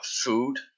food